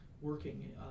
working